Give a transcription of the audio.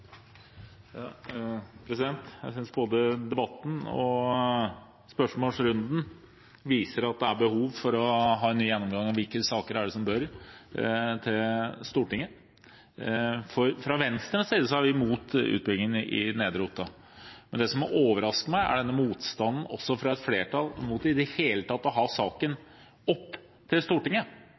både debatten og spørsmålsrunden viser at det er behov for å ha en ny gjennomgang av hvilke saker som bør komme til Stortinget. Vi er, fra Venstres side, imot utbyggingen i Nedre Otta. Men det som overrasker meg, er denne motstanden – også fra et flertall – mot at saken i det hele tatt skal tas opp i Stortinget,